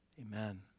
Amen